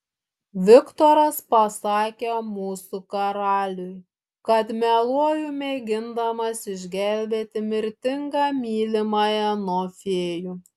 viktoras pasakė mūsų karaliui kad meluoju mėgindamas išgelbėti mirtingą mylimąją nuo fėjų